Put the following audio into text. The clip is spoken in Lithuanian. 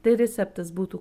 tai receptas būtų